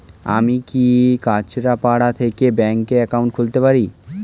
আমি কি কাছরাপাড়া থেকে ব্যাংকের একাউন্ট খুলতে পারি?